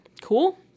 cool